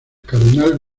cardenal